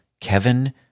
Kevin